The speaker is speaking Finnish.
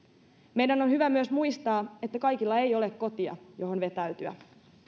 meidän on hyvä myös muistaa että kaikilla ei ole kotia johon vetäytyä